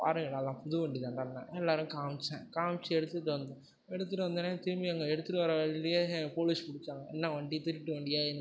பாருங்க டா எல்லாம் புது வண்டிதான்டான்னேன் எல்லோருக்கும் காமிச்சேன் காமிச்சு எடுத்துகிட்டு வந் எடுத்துட்டு வந்தோடன்னே திரும்பி அங்கே எடுத்துகிட்டு வர வழிலையே போலீஸ் பிடிச்சாங்க என்ன வண்டி திருட்டு வண்டியா எங்கே